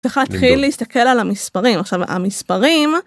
צריך להתחיל להסתכל על המספרים עכשיו המספרים.